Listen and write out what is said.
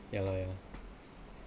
ya lor ya lor